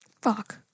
Fuck